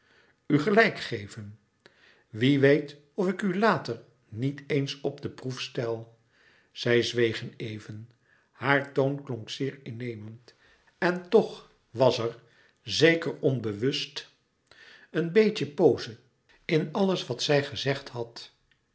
gelijk geven wie weet of ik u later niet eens op de proef stel louis couperus metamorfoze zij zwegen even haar toon klonk zeer innemend en toch was er zeker onbewust een beetje pose in alles wat zij gezegd had